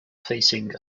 facing